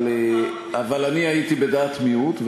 אבל אני הייתי בדעת מיעוט,